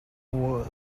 world